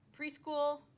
preschool